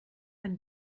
ein